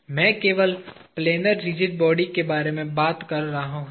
मैं केवल planar rigid body के बारे में बात कर रहा हूँ